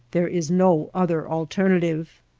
there is no other alter native.